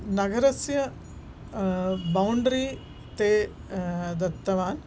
नगरस्य बौण्ड्रि ते दत्तवान्